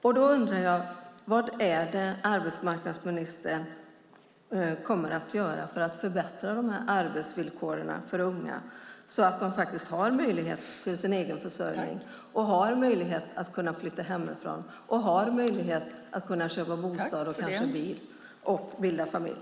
Jag undrar vad arbetsmarknadsministern kommer att göra för att förbättra arbetsvillkoren för unga så att de kan ha möjlighet till egen försörjning, möjlighet att flytta hemifrån och möjlighet att köpa bostad och bil och kanske bilda familj.